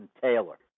Taylor